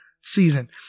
season